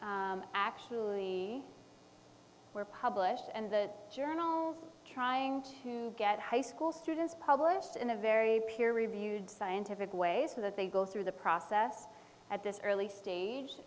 students actually were published and the journals trying to get high school students published in a very peer reviewed scientific way so that they go through the process at this early stage